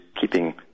keeping